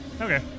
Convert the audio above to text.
Okay